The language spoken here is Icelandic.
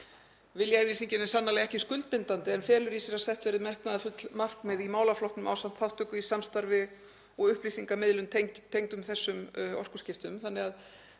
Viljayfirlýsingin er sannarlega ekki skuldbindandi en felur í sér að sett verði metnaðarfull markmið í málaflokknum ásamt þátttöku í samstarfi og upplýsingamiðlun sem tengjast þessum orkuskiptum.